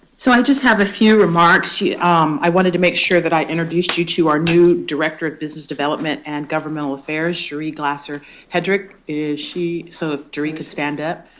so i just have a few remarks. i wanted to make sure that i introduced you to our new director of business development and governmental affairs. jeree glasser-hedrick is she, so if jeree could stand up.